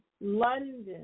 London